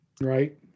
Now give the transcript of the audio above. right